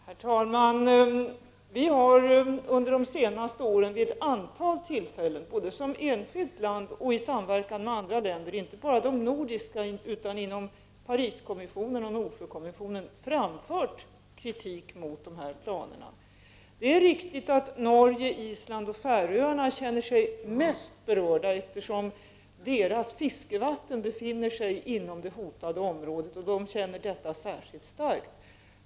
Herr talman! Vi har under de senaste åren vid ett antal tillfällen, både som enskilt land och i samverkan med andra länder — inte bara de nordiska länderna utan också inom Pariskommissionen och Nordsjökommissionen — framfört kritik mot de här planerna. Det är riktigt att Norge, Island och Färöarna känner sig mest berörda, eftersom deras fiskevatten befinner sig inom det hotade området. Därför känner de detta hot särskilt starkt.